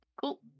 Cool